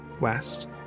West